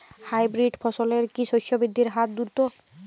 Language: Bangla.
হাইব্রিড ফসলের কি শস্য বৃদ্ধির হার দ্রুত?